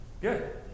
Good